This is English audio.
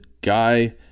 guy